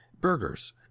burgers